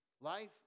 Life